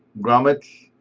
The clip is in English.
grommets,